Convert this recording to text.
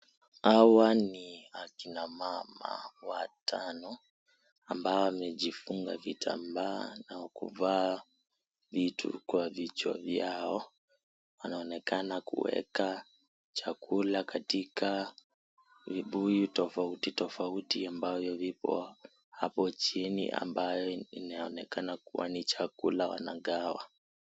Hawa ni akina mama watano ambao wamejifunga vitambaa na kwenye vichwa vyao wanaonekana kuweka chakula katika vubuyu tofauti tofauti ambavyo vipo hapo chini ambayo inaonekana ni chakula wanagawa.